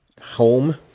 home